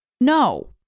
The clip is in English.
no